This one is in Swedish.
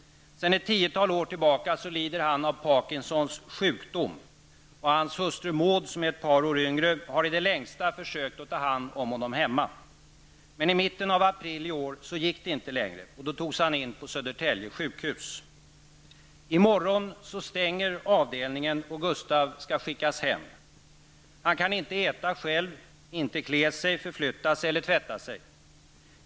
Sedan ett tiotal år tillbaka lider han av Parkinsons sjukdom. Hans hustru Maud, som är ett par år yngre, har i det längsta försökt att ta hand om honom hemma. Men i mitten av april i år gick det inte längre. Då togs han in på Södertälje sjukhus. I morgon stänger avdelningen, och Gustaf skall skickas hem. Han kan inte äta själv, inte klä sig, förflytta sig eller tvätta sig.